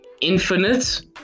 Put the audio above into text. infinite